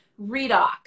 redox